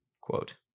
quote